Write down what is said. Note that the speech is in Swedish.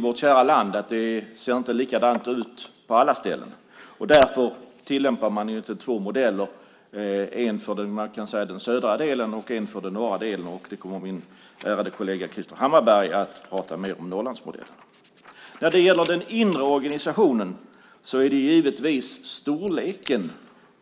Vårt kära land ser inte likadant ut på alla ställen. Därför tillämpar man två modeller, en för den södra delen och en för den norra delen. Min ärade kollega Krister Hammarbergh kommer att prata mer om Norrlandsmodellen. När det gäller den inre organisationen är givetvis storleken